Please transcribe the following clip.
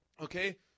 Okay